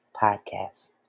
podcast